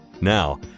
Now